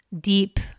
deep